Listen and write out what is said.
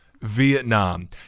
Vietnam